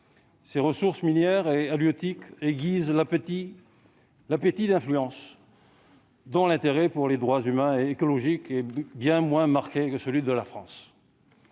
Ses ressources minières et halieutiques aiguisent l'appétit d'influences dont l'intérêt pour les droits humains et écologiques est bien moins marqué que celui de la France.